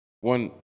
one